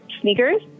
sneakers